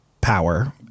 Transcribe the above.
power